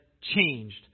changed